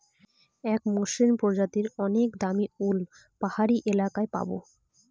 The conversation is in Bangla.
এক মসৃন প্রজাতির অনেক দামী উল পাহাড়ি এলাকায় পাবো